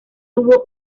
tuvo